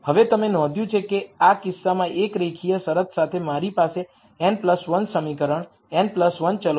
હવે તમે નોંધ્યું છે કે આ કિસ્સામાં એક રેખીય શરત સાથે મારી પાસે n 1 સમીકરણ n 1 ચલોમાં છે